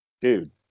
dude